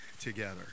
together